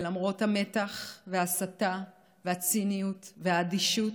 ולמרות המתח וההסתה והציניות והאדישות,